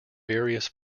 various